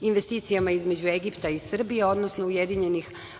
investicijama između Egipta i Srbije, odnosno Ujedinjenih